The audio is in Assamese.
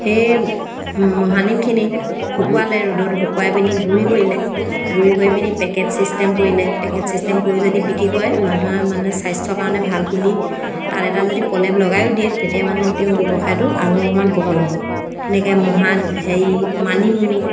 সেই মহানিমখিনি শুকুৱালে ৰ'দত শুকুৱাই পিনি গুড়ি কৰিলে গুড়ি কৰি পিনি পেকেট ছিষ্টেম কৰিলে পেকেট ছিষ্টেম কৰি যদি বিক্ৰী কৰে মানুহে মানে স্বাস্থ্যৰ কাৰণে ভাল বুলি তাত এটা যদি পলেপ লগাইও দিয়ে তেতিয়া মানে তেওঁ ব্যৱসায়টো আৰু অকমান বহল হ'ব তেনেকৈ মহান হেৰি মানিমুনি